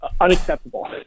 unacceptable